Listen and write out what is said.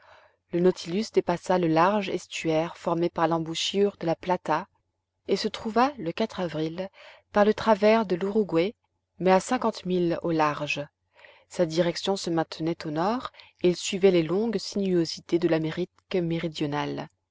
le nautilus dépassa le large estuaire formé par l'embouchure de la plata et se trouva le avril par le travers de l'uruguay mais à cinquante milles au large sa direction se maintenait au nord et il suivait les longues sinuosités de l'amérique méridionale